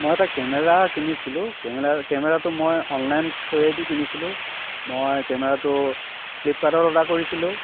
মই এটা কেমেৰা কিনিছিলো কেমেৰাৰ কেমেৰাটো মই অনলাইন থ্ৰোৱেদি কিনিছিলো মই কেমেৰাটো ফ্লিপকাৰ্টত অৰ্ডাৰ কৰিছিলো